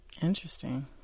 Interesting